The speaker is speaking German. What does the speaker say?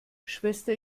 schwester